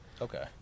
Okay